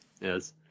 Yes